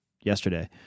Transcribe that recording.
yesterday